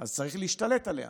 אז צריך להשתלט עליה,